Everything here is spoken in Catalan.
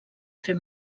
fer